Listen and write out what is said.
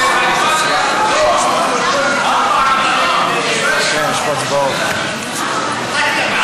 ההצעה להסיר מסדר-היום את הצעת חוק הביטוח הלאומי (תיקון,